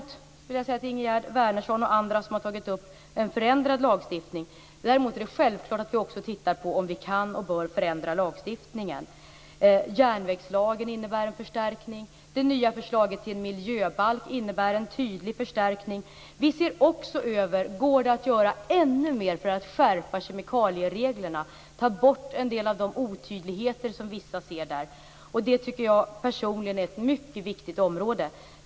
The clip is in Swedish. Till Ingegerd Wärnersson och andra som har tagit upp frågan om en förändrad lagstiftning vill jag säga att det är självklart att vi också tittar på om vi kan och bör förändra lagstiftningen. Järnvägslagen innebär en förstärkning. Det nya förslaget till en miljöbalk innebär en tydlig förstärkning. Vi ser också över om det går att göra ännu mer för skärpa kemikaliereglerna och ta bort en del av de otydligheter som vissa anser finns där. Jag tycker personligen att det är ett mycket viktigt område.